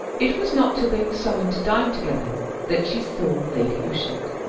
it was not till they were summoned to dine together that she saw lady ushant.